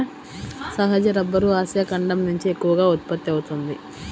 సహజ rubber Asia ఖండం నుంచే ఎక్కువగా ఉత్పత్తి అవుతోంది